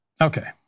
Okay